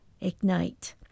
ignite